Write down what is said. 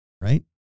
right